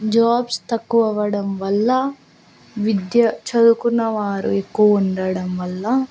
jobs తక్కువ అవ్వడం వల్ల విద్య చదువుకున్న వారు ఎక్కువ ఉండడం వల్ల